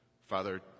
Father